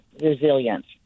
resilience